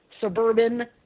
suburban